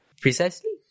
Precisely